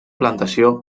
plantació